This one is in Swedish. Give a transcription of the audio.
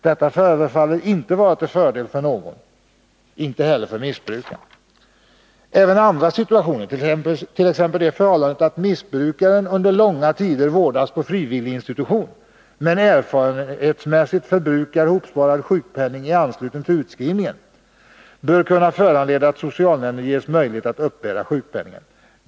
Detta förefaller inte vara till fördel för någon, inte ens för missbrukaren. Även andra situationer, t.ex. det förhållandet att missbrukaren under långa tider vårdas på en frivillig institution men enligt vad man av erfarenhet vet förbrukar hopsparad sjukpenning i anslutning till utskrivningen, bör kunna föranleda att socialnämnden ges möjlighet att uppbära sjukpenningen.